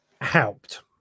helped